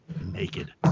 naked